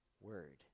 word